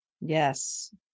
yes